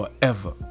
forever